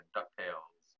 DuckTales